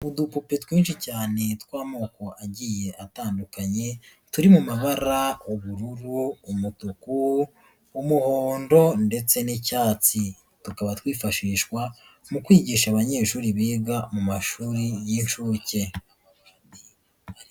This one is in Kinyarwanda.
Udupupe twinshi cyane tw'amoko agiye atandukanye turi mu mabara ubururu, umutuku, umuhondo, ndetse n'icyatsi, tukaba twifashishwa mu kwigisha abanyeshuri biga mu mashuri y'inshuke.